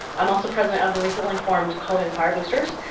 i'm also president of the recently formed colegan choir boosters.